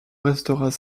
resteras